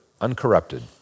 uncorrupted